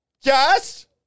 Yes